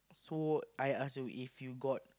so I ask you if you got